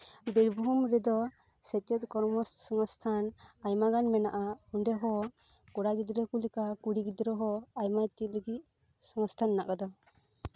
ᱵᱤᱨᱵᱷᱩᱢ ᱨᱮᱫᱚ ᱥᱮᱪᱮᱫ ᱠᱚᱨᱢᱚ ᱥᱚᱝᱥᱛᱷᱟᱱ ᱟᱭᱢᱟᱜᱟᱱ ᱢᱮᱱᱟᱜᱼᱟ ᱚᱸᱰᱮ ᱦᱚᱸ ᱠᱚᱲᱟ ᱜᱤᱫᱽᱨᱟᱹ ᱠᱚ ᱞᱮᱠᱟ ᱠᱩᱲᱤ ᱜᱤᱫᱽᱨᱟᱹ ᱦᱚᱸ ᱟᱭᱢᱟ ᱪᱮᱫ ᱞᱟᱹᱜᱤᱫ ᱥᱚᱝᱛᱷᱟ ᱢᱮᱱᱟᱜ ᱟᱠᱟᱫᱟ